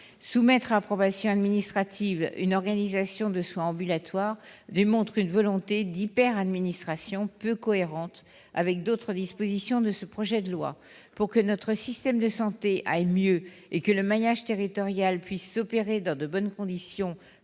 Soumettre à approbation administrative une organisation de soins ambulatoires démontre une volonté d'hyperadministration, peu cohérente avec d'autres dispositions de ce projet de loi. Pour que notre système de santé se porte mieux et que le maillage territorial puisse s'opérer dans de bonnes conditions